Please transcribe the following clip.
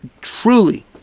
truly